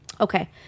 Okay